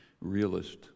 realist